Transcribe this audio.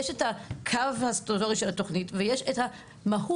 יש את הקו הסטטוטורי של התוכנית ויש את המהות,